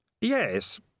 Yes